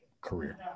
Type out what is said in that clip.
career